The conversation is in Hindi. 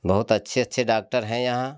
बहुत अच्छे अच्छे डाक्टर हैं यहाँ